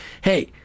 hey